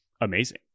amazing